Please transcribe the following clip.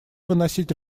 выносить